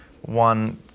One